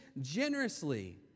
generously